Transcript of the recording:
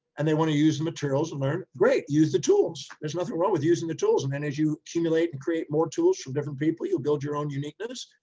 and they want to use the materials and learn great, use the tools. there's nothing wrong with using the tools. and then as you accumulate and create more tools from different people, you'll build your own uniqueness.